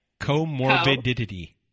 Comorbidity